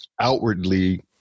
outwardly